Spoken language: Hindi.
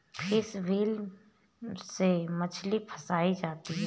फिश व्हील से मछली फँसायी जाती है